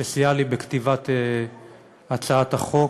שסייע לי בכתיבת הצעת החוק.